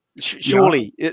Surely